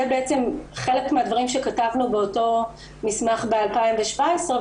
בעצם חלק מהדברים שכתבנו באותו מסמך מ2017,